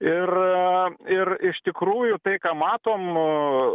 ir ir iš tikrųjų tai ką matom